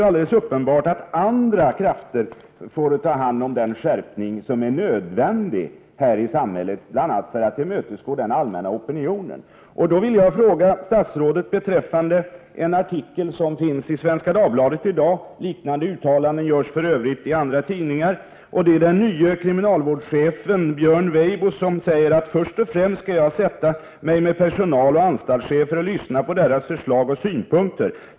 Nu är det uppenbart att andra krafter får ta hand om den skärpning som är nödvändig, bl.a. för att tillmötesgå den allmänna opinionen här i samhället. Då vill jag fråga statsrådet beträffande en artikel som finns i Svenska Dagbladet i dag —- liknande uttalanden görs för övrigt i andra tidningar. Det är den nye kriminalvårdschefen Björn Weibo som säger: ”Först och främst skall jag sätta mig med personal och anstaltschefer och lyssna på deras förslag och synpunkter ———.